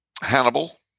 Hannibal